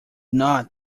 not